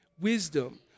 wisdom